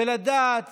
ולדעת